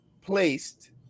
placed